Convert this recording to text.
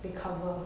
recover